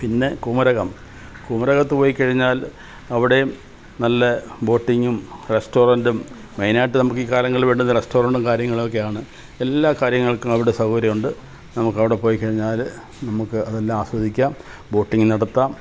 പിന്നെ കുമരകം കുമരകത്ത് പോയി കഴിഞ്ഞാൽ അവിടെയും നല്ല ബോട്ടിങ്ങും റെസ്റ്റോറൻ്റും മെയിനായിട്ട് നമുക്ക് ഈ കാലങ്ങളിൽ വേണ്ടുന്നത് റെസ്റ്റോറൻ്റും കാര്യങ്ങളുമൊക്കെയാണ് എല്ലാ കാര്യങ്ങൾക്കും അവിടെ സൗകര്യമുണ്ട് നമുക്ക് അവിടെ പോയി കഴിഞ്ഞാൽ നമുക്ക് അതെല്ലാം ആസ്വദിക്കാം ബോട്ടിങ്ങ് നടത്താം